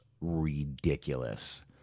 ridiculous